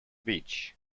beach